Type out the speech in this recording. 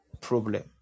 problem